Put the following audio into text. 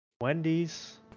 Wendy's